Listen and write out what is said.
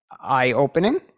eye-opening